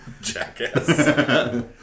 Jackass